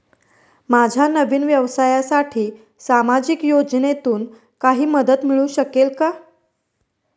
माझ्या नवीन व्यवसायासाठी सामाजिक योजनेतून काही मदत मिळू शकेल का?